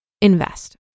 Invest